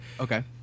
okay